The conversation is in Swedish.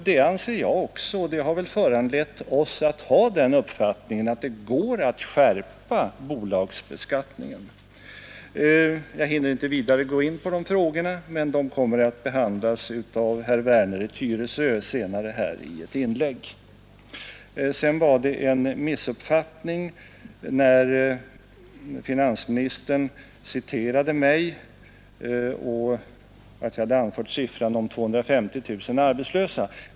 Det anser jag också, och det har föranlett oss att ha den uppfattningen att det går att skärpa bolagsbeskattningen. Jag hinner inte vidare gå in på dessa frågor, men de kommer att behandlas senare i ett inlägg av herr Werner i Tyresö. Det var också en missuppfattning när finansministern påstod att jag anfört siffran 250 000 arbetslösa.